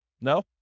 No